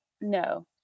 No